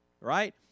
Right